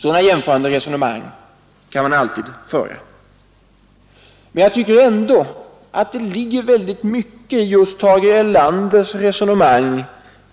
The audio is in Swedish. Sådana jämförande resonemang kan man alltid föra. Men jag tycker ändå att det ligger mycket i just Tage Erlanders resonemang